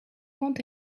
quand